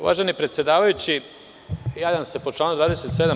Uvaženi predsedavajući, javljam se po članu 27.